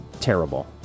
terrible